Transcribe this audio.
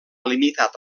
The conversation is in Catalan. limitat